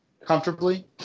Comfortably